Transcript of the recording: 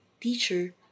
Teacher